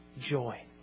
joy